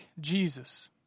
Jesus